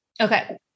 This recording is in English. Okay